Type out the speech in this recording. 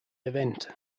event